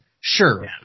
Sure